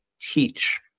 teach